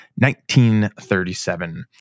1937